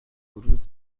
ورود